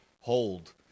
hold